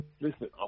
Listen